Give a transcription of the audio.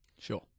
Sure